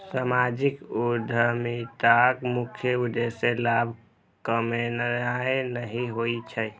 सामाजिक उद्यमिताक मुख्य उद्देश्य लाभ कमेनाय नहि होइ छै